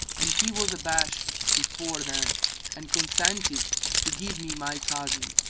and he was abashed before them and consented to give me my cousin,